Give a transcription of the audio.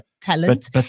talent